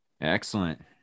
Excellent